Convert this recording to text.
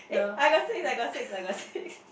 eh I got six I got six I got six